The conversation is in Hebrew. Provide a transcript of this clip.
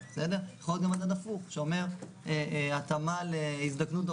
2021 ו-2022 היה עד 92 אחוזים מתקרת הצריכה ברוטו